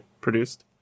produced